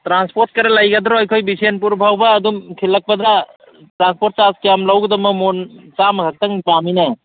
ꯇ꯭ꯔꯥꯟꯁꯄꯣꯔꯠꯀ ꯂꯩꯒꯗ꯭ꯔꯣ ꯑꯩꯈꯣꯏ ꯕꯤꯁꯦꯟꯄꯨꯔ ꯐꯥꯎꯕ ꯑꯗꯨꯝ ꯊꯤꯜꯂꯛꯄꯗ ꯇ꯭ꯔꯥꯟꯁꯄꯣꯔꯠ ꯆꯥꯔꯖ ꯀꯌꯥꯝ ꯂꯧꯒꯗꯕꯅꯣ ꯃꯣꯟ ꯆꯥꯝꯃ ꯈꯛꯇꯪ ꯄꯥꯝꯃꯤꯅꯦ